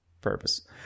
Purpose